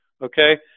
okay